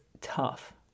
tough